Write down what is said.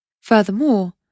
Furthermore